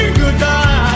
goodbye